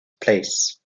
place